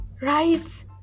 Right